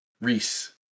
Reese